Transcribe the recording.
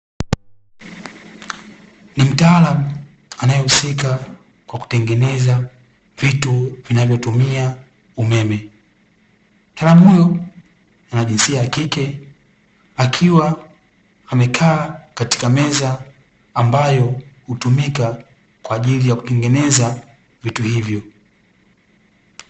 Ni mtaalamu anayehusika na kutengeneza vitu vinavyohusika umeme. Mtaalamu huyo ana jinsia ya kike, akiwa amekaa katika meza ambayo hutumika kwa ajili ya kutengeneza vitu hivyo.